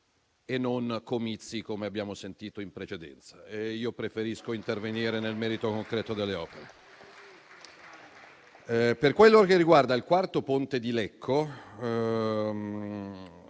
e non comizi, come abbiamo sentito in precedenza. Ed io preferisco intervenire nel merito concreto delle opere. Per quello che riguarda il quarto ponte di Lecco,